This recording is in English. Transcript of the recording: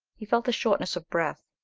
he felt a shortness of breath,